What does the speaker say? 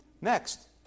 Next